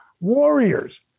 Warriors